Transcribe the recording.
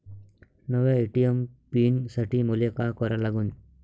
नव्या ATM pin साठी मले का करा लागन?